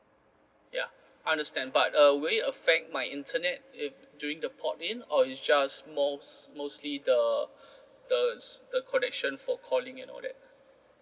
ya understand but uh will it affect my internet if during the port in or is just most mostly the the the connection for calling and all that